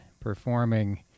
performing